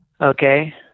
Okay